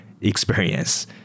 experience